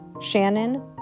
Shannon